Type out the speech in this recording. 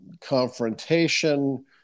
confrontation